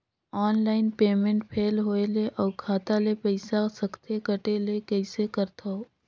Online payment fail होय ले अउ खाता ले पईसा सकथे कटे ले कइसे करथव?